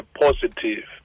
positive